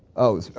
oh,